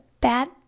bad